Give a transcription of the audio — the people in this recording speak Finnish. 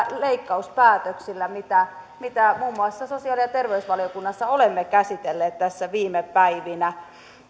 leikkauspäätöksillä mitä mitä muun muassa sosiaali ja terveysvaliokunnassa olemme käsitelleet tässä viime päivinä